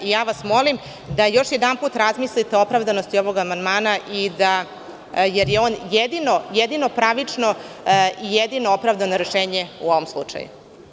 Molim vas da još jedanput razmislite o opravdanosti ovog amandmana, jer je on jedino pravično i jedino opravdano rešenje u ovom slučaju.